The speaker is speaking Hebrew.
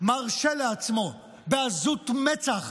מרשה לעצמו בעזות מצח